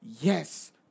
Yes